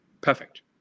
Perfect